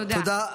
תודה.